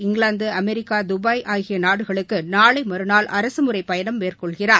England America Dubai ஆகிய நாடுகளுக்கு நாளை மற்றாள் அரசுமுறைப் பயணம் மேற்கொள்கிறார்